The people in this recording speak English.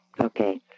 Okay